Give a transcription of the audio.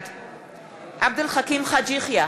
בעד עבד אל חכים חאג' יחיא,